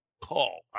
call